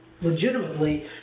legitimately